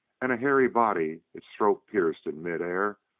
and a hairy body, its throat pierced in mid-air,